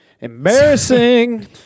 embarrassing